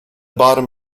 bottom